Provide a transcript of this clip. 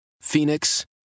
Phoenix